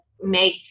make